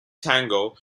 tango